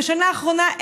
ובשנה האחרונה,